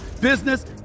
business